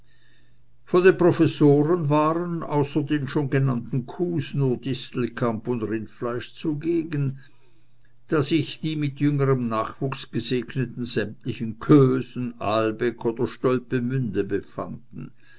von den professoren waren außer den schon genannten kuhs nur distelkamp und rindfleisch zugegen da sich die mit jüngerem nachwuchs gesegneten sämtlich in kösen ahlbeck und stolpemünde befanden